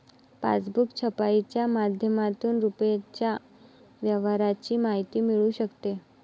passbook छपाईच्या माध्यमातून रुपयाच्या व्यवहाराची माहिती मिळू शकते